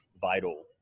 vital